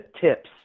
tips